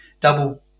Double